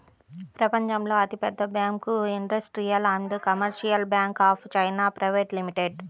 ప్రపంచంలో అతిపెద్ద bank industrial and commercial bank of China private limited